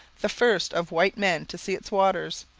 the first of white men to see its waters.